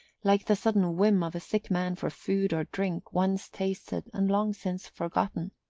like the sudden whim of a sick man for food or drink once tasted and long since forgotten.